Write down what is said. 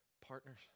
partners